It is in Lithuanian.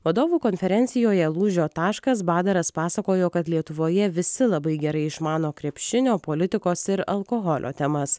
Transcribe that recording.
vadovų konferencijoje lūžio taškas badaras pasakojo kad lietuvoje visi labai gerai išmano krepšinio politikos ir alkoholio temas